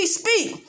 speak